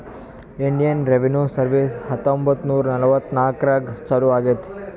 Indian revenue service ಹತ್ತೊಂಬತ್ತ್ ನೂರಾ ನಲ್ವತ್ನಾಕನಾಗ್ ಚಾಲೂ ಆಗ್ಯಾದ್